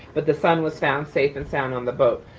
but the son was found safe and sound on the boat.